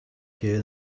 here